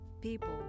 people